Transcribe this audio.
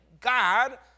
God